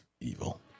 evil